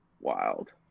Wild